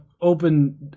open